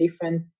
different